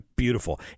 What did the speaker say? Beautiful